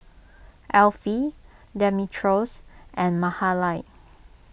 Elfie Demetrios and Mahalie